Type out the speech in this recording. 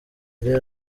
real